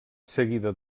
seguida